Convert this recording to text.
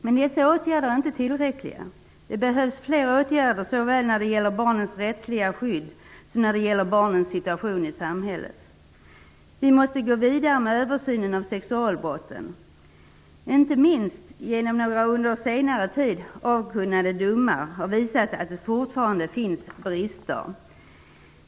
Men dessa åtgärder är inte tillräckliga. Det behövs fler åtgärder såväl när det gäller barnens rättsliga skydd som när det gäller barnens situation i samhället. Vi måste gå vidare med översynen av sexualbrotten. Inte minst har några domar som har avkunnats under senare tid visat att det fortfarande finns brister.